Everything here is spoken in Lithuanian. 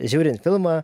žiūrint filmą